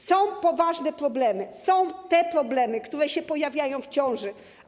Są poważne problemy, są problemy, które się pojawiają w ciąży.